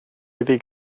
iddi